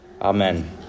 Amen